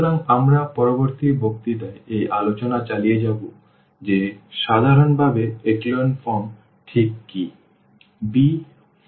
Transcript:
সুতরাং আমরা পরবর্তী বক্তৃতায় এই আলোচনা চালিয়ে যাব যে সাধারণভাবে echelon form ঠিক কী